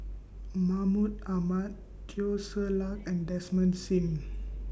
Mahmud Ahmad Teo Ser Luck and Desmond SIM